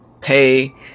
pay